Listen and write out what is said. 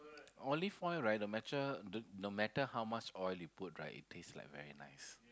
olive oil right no matter no matter how much oil you put right it taste like very nice